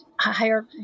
higher